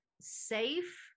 safe